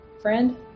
friend